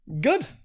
good